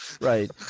Right